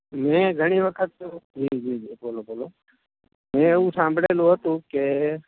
મેં ઘણી વખત જી જી બોલો બોલો મેં એવું સાંભળેલું હતું કે